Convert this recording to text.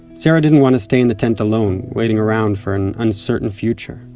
sarah didn't want to stay in the tent alone, waiting around for an uncertain future.